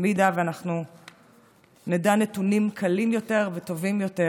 מי ייתן ונדע נתונים קלים יותר וטובים יותר